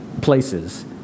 places